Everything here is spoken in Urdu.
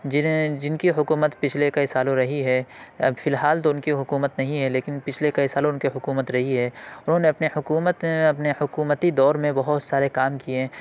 جنہیں جن کی حکومت پچھلے کئی سالوں رہی ہے فی الحال تو ان کی حكومت نہیں ہے لیکن پچھلے کئی سالوں ان کی حکومت رہی ہے انہوں نے اپنے حکومت اپنے حکومتی دور میں بہت سارے کام کیے